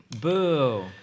Boo